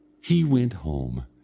he went home,